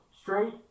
straight